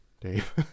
dave